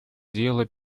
дело